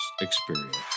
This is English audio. experience